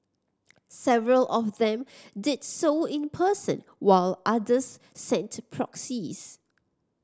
several of them did so in person while others sent proxies